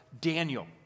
Daniel